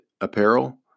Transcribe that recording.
Apparel